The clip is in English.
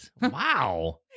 Wow